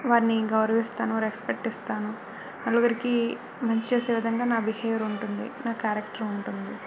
వారిని గౌరవిస్తాను రెస్పెక్ట్ ఇస్తాను నలుగురికి మంచి చేసే విధంగా నా బిహేవియర్ ఉంటుంది నా క్యారెక్టర్ ఉంటుంది